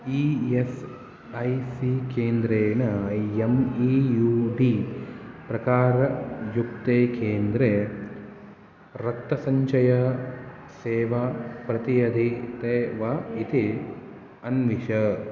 E S I C केन्द्रेण M E U D प्रकारयुक्ते केन्द्रे रक्तसञ्चयसेवा प्रदीयदीते वा इति अन्विष